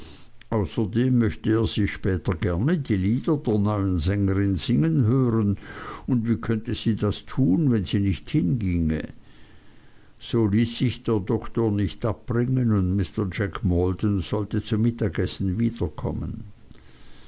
außerdem möchte er sie später gerne die lieder der neuen sängerin singen hören und wie könnte sie das tun wenn sie nicht hinginge so ließ sich der doktor nicht abbringen und mr jack maldon sollte zum mittagessen wiederkommen